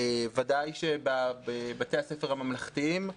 בוודאי בבתי הספר הממלכתיים.